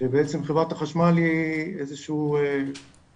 שבעצם חברת החשמל היא איזה שהוא קבלן